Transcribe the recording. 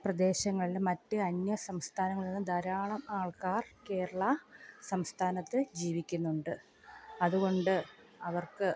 പ്രദേശങ്ങളിലും മറ്റ് അന്യസംസ്ഥാനങ്ങളിൽ നിന്നും ധാരാളം ആൾക്കാർ കേരള സംസ്ഥാനത്ത് ജീവിക്കുന്നുണ്ട് അതുകൊണ്ട് അവർക്ക്